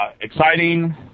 exciting